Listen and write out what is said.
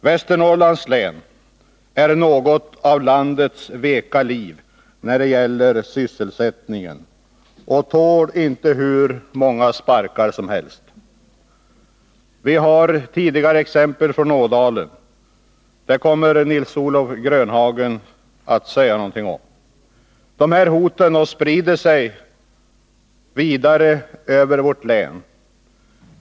Västernorrlands län är något av landets veka liv när det gäller sysselsättningen och tål inte hur många sparkar som helst. Vi har tidigare exempel från Ådalen — detta kommer Nils-Olof Grönhagen att tala om. Nu sprider sig hoten om nedläggningar vidare över länet.